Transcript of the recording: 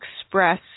express